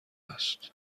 است